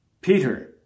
Peter